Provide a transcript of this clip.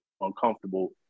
uncomfortable